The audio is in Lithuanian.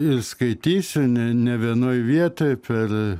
ir skaitysiu ne ne vienoj vietoj per